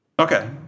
Okay